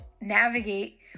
navigate